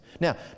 Now